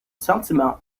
sentiment